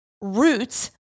roots